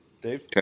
Dave